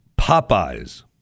Popeyes